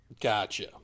Gotcha